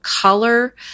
color